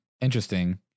Interesting